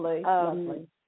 lovely